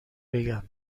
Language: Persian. بگم